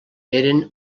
eren